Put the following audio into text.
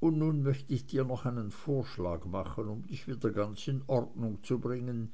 und nun möcht ich dir noch einen vorschlag machen um dich ganz wieder in ordnung zu bringen